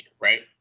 right